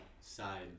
side